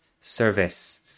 service